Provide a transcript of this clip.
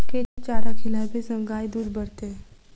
केँ चारा खिलाबै सँ गाय दुध बढ़तै?